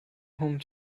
home